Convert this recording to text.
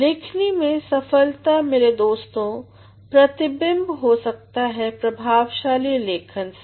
लेखनी में सफलता मेरे दोस्तों प्रतिबिंबित हो सकता है प्रभावशाली लेखन से